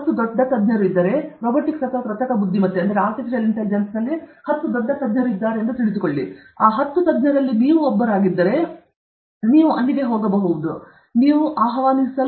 10 ದೊಡ್ಡ ತಜ್ಞರು ಇದ್ದರೆ ರೊಬೊಟಿಕ್ಸ್ ಅಥವಾ ಕೃತಕ ಬುದ್ಧಿಮತ್ತೆಯಲ್ಲಿ 10 ದೊಡ್ಡ ತಜ್ಞರು ಇದ್ದರೆ ನೀವು 10 ರಲ್ಲಿ ಒಬ್ಬರಾಗಿದ್ದರೆ ನೀವು 20 ರಲ್ಲಿ ಒಬ್ಬರಾಗಿದ್ದರೆ ನಾವು ಆಸಕ್ತಿಯನ್ನು ಬಯಸುವಿರಿ ಅದು ನಾವು ಅಲ್ಲಿಗೆ ಹೋಗಬೇಕಾದದ್ದು